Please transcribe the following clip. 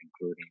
including